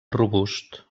robust